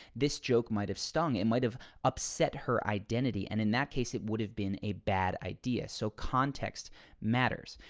this joke might have stung. it and might have upset her identity and in that case, it would have been a bad idea. so context matters.